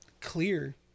clear